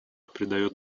придает